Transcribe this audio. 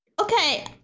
Okay